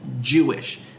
Jewish